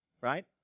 right